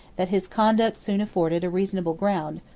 that his conduct soon afforded a reasonable ground,